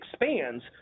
expands